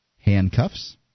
handcuffs